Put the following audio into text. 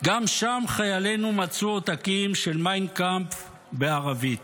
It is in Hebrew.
גם שם חיילינו מצאו עותקים של מיין קאמפף בערבית.